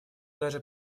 даже